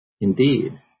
Indeed